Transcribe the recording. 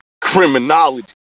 criminology